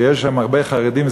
שיש שם הרבה חרדים,